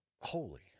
Holy